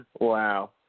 wow